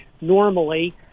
Normally